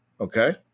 okay